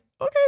okay